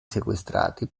sequestrati